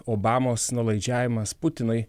obamos nuolaidžiavimas putinui